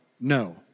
no